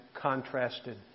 contrasted